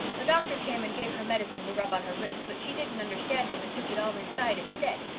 the doctor came and gave her medicine to rub on her ribs but she didn't under stand him and took it all inside instead.